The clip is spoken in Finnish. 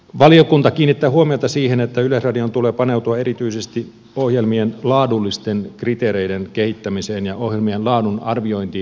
valiokunta kiinnittää huomiota siihen että yleisradion tulee paneutua erityisesti ohjelmien laadullisten kriteereiden kehittämiseen ja ohjelmien laadun arviointiin